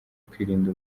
kwirinda